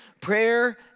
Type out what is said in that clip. Prayer